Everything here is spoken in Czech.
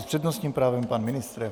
S přednostním právem pan ministr.